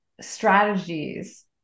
strategies